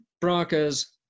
Broncos